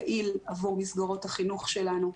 יעיל עבור מסגרות החינוך שלנו.